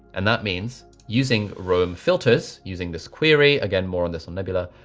and that means using roam filters using this query again more on this on nebula.